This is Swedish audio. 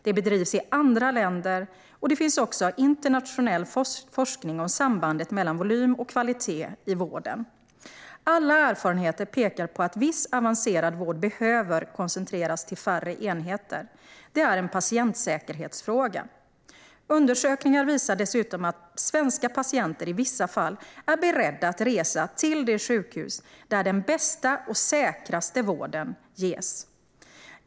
Det bedrivs också i andra länder, och det finns internationell forskning om sambandet mellan volym och kvalitet i vården. Alla erfarenheter pekar på att viss avancerad vård behöver koncentreras till färre enheter. Det är en patientsäkerhetsfråga. Undersökningar visar dessutom att svenska patienter i vissa fall är beredda att resa till det sjukhus där den bästa och säkraste vården ges.